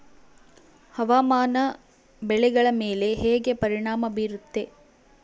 ಹವಾಮಾನ ಬೆಳೆಗಳ ಮೇಲೆ ಹೇಗೆ ಪರಿಣಾಮ ಬೇರುತ್ತೆ?